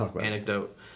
anecdote